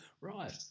Right